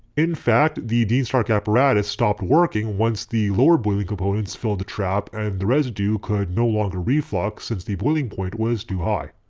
in fact the dean stark apparatus stopped working once the lower boiling components filled the trap and the residue could no longer reflux since the boiling point was so high.